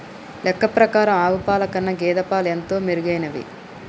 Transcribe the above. లెక్క ప్రకారం ఆవు పాల కన్నా గేదె పాలు ఎంతో మెరుగైనవి